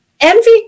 envy